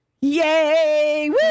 Yay